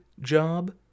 job